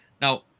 Now